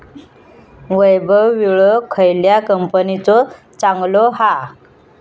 वैभव विळो खयल्या कंपनीचो चांगलो हा?